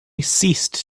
ceased